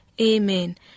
Amen